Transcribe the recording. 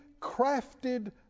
crafted